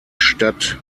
stadt